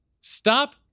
stop